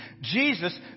Jesus